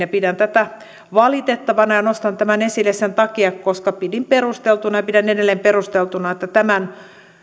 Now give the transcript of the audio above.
pidän tätä valitettavana ja nostan tämän esille sen takia että pidin perusteltuna ja pidän edelleen perusteltuna että tämän